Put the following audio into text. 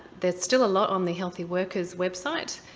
there's still a lot on the healthy workers website.